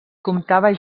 comptava